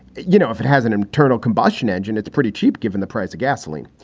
you know, if it has an internal combustion engine, it's pretty cheap given the price of gasoline.